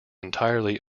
entirely